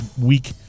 week